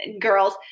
girls